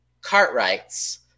Cartwright's